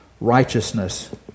righteousness